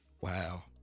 Wow